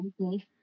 Okay